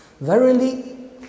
verily